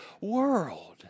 world